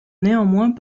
néanmoins